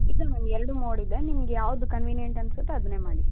ಇದೆ ಮ್ಯಾಮ್ ಎರಡೂ ಮೋಡ್ ಇದೆ ನಿಮ್ಗೆ ಯಾವ್ದು ಕನ್ವೀನಿಯೆಂಟ್ ಅನಿಸುತ್ತೋ ಅದನ್ನೇ ಮಾಡಿ